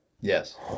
Yes